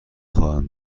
خواهند